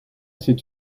cette